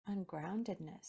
ungroundedness